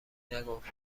نگفت